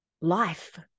life